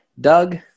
Doug